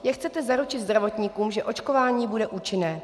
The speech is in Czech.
Jak chcete zaručit zdravotníkům, že očkování bude účinné?